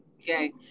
Okay